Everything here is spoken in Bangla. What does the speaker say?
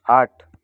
আট